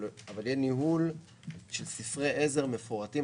אבל יהיה ניהול של ספרי עזר מפורטים.